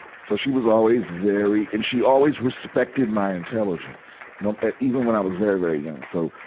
so she was always very and she always respected my intelligence. no, at, even when i was very, very young. so,